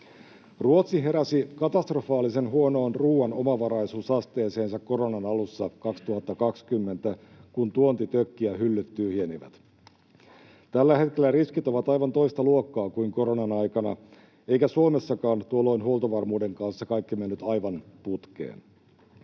Ruotsi heräsi katastrofaalisen huonoon ruoan omavaraisuusasteeseensa koronan alussa 2020, kun tuonti tökki ja hyllyt tyhjenivät. Tällä hetkellä riskit ovat aivan toista luokkaa kuin koronan aikana, eikä Suomessakaan tuolloin huoltovarmuuden kanssa kaikki mennyt aivan putkeen.